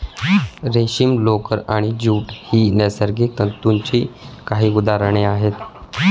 रेशीम, लोकर आणि ज्यूट ही नैसर्गिक तंतूंची काही उदाहरणे आहेत